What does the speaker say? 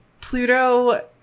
Pluto